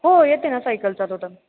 हो येते ना सायकल चालवता